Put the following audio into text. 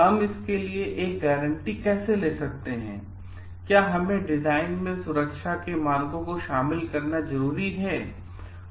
हम इसके लिए एक गारंटी कैसे ले सकते हैं हैं या क्या हमें डिजाइन में सुरक्षा के रूप में शामिल करना चाहिए